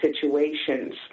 situations